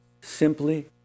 simply